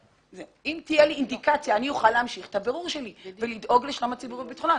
אני אוכל להמשיך את הבירור שלי כדי לדאוג לשלום הציבור וביטחונו.